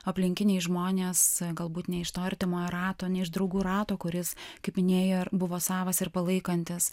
aplinkiniai žmonės galbūt ne iš to artimo rato ne iš draugų rato kuris kaip minėjai buvo savas ir palaikantis